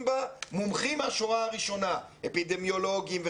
בה מומחים מן השורה הראשונה אפידמיולוגים,